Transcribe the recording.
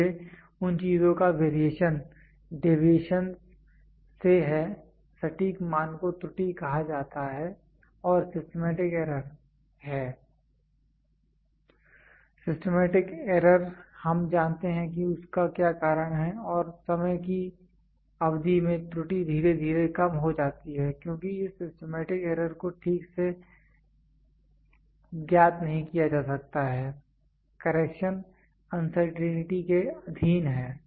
इसलिए उन चीजों का वेरिएशन डेविएशन से है सटीक मान को त्रुटि कहा जाता है और सिस्टमैटिक एरर है सिस्टमैटिक एरर हम जानते हैं कि उसका क्या कारण है और समय की अवधि में त्रुटि धीरे धीरे कम हो जाती है क्योंकि इस सिस्टमैटिक एरर को ठीक से ज्ञात नहीं किया जा सकता है करेक्शन अनसर्टेंटी के अधीन है